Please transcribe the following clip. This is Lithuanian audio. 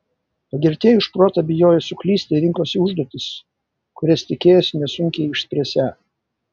pagirtieji už protą bijojo suklysti ir rinkosi užduotis kurias tikėjosi nesunkiai išspręsią